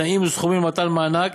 תנאים וסכומים למתן מענק